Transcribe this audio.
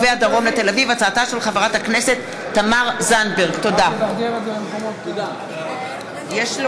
של חברת הכנסת תמר זנדברג בנושא: מסלול